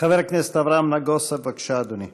חבר הכנסת אברהם נגוסה, בבקשה, אדוני.